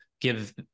give